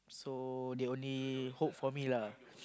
so they only hope for me lah